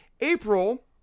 April